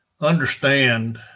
understand